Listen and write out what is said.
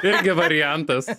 irgi variantas